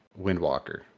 windwalker